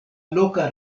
loka